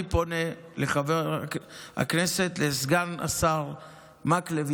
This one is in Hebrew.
אני פונה לחבר הכנסת וסגן השרה מקלב,